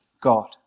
God